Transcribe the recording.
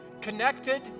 connected